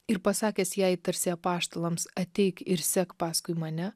ir pasakęs jai tarsi apaštalams ateik ir sek paskui mane